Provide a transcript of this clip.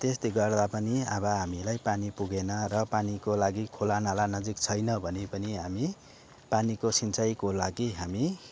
त्यसले गर्दा पनि अब हामीलाई पानी पुगेन र पानीको लागि खोला नाला नजिक छैन भने पनि हामी पानीको सिँचाईको लागि हामी